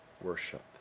worship